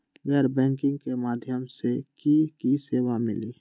गैर बैंकिंग के माध्यम से की की सेवा मिली?